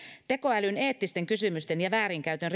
tekoälyn eettisten kysymysten ja väärinkäytön